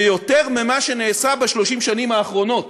זה יותר ממה שנעשה ב-30 השנים האחרונות.